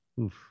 Oof